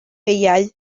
beiau